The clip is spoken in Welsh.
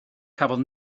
cafodd